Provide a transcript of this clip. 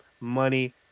money